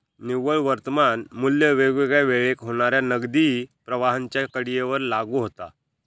निव्वळ वर्तमान मू्ल्य वेगवेगळ्या वेळेक होणाऱ्या नगदी प्रवाहांच्या कडीयेवर लागू होता